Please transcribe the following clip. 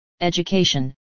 education